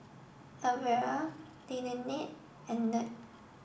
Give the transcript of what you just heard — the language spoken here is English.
Elvera Lynette and Ned